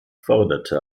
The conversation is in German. forderte